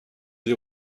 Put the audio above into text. les